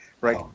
right